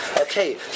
okay